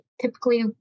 typically